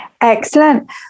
Excellent